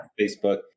Facebook